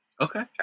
Okay